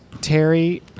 Terry